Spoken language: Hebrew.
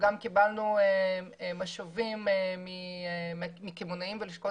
וגם קיבלנו משובים מקמעונאים בלשכות